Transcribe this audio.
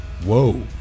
Whoa